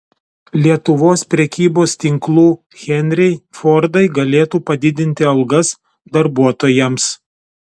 lietuvos prekybos tinklų henriai fordai galėtų padidinti algas darbuotojams